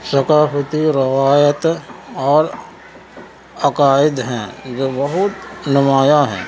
ثقافتی روایت اور عقائد ہیں جو بہت نمایاں ہیں